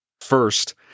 First